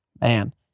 Man